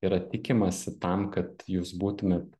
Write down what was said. yra tikimasi tam kad jūs būtumėt